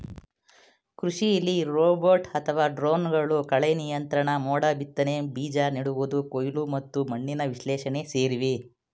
ಕೃಷಿಲಿ ರೋಬೋಟ್ ಅಥವಾ ಡ್ರೋನ್ಗಳು ಕಳೆನಿಯಂತ್ರಣ ಮೋಡಬಿತ್ತನೆ ಬೀಜ ನೆಡುವುದು ಕೊಯ್ಲು ಮತ್ತು ಮಣ್ಣಿನ ವಿಶ್ಲೇಷಣೆ ಸೇರಿವೆ